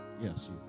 yes